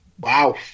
Wow